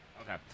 Okay